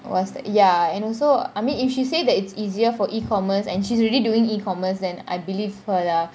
what's that ya and also I mean if she say that it's easier for e-commerce and she's already doing e-commerce than I believe her ya